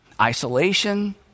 isolation